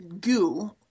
goo